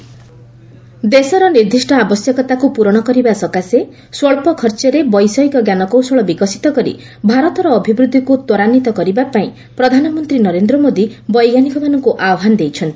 PM ସାଇଷ୍ଟିଷ୍ଟ ଦେଶର ନିର୍ଦ୍ଦିଷ୍ଟ ଆବଶ୍ୟକତାକୁ ପୂରଣ କରିବା ସକାଶେ ସ୍ୱଚ୍ଚ ଖର୍ଚ୍ଚରେ ବୈଷୟିକ ଜ୍ଞାନକୌଶଳ ବିକଶିତ କରି ଭାରତର ଅଭିବୃଦ୍ଧିକୁ ତ୍ୱରାନ୍ୱିତ କରିବାପାଇଁ ପ୍ରଧାନମନ୍ତ୍ରୀ ନରେନ୍ଦ୍ର ମୋଦି ବୈଜ୍ଞାନିକମାନଙ୍କୁ ଆହ୍ୱାନ ଦେଇଛନ୍ତି